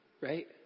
right